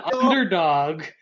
underdog